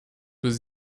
was